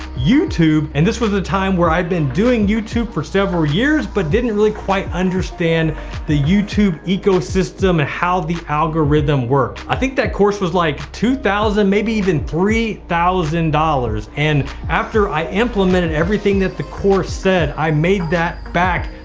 youtube. and this was a time where i've been doing youtube for several years, but didn't really quite understand the youtube ecosystem and how the algorithm worked. i think that course was like two thousand, maybe even three thousand dollars. and after i implemented everything that the course said, i made that back,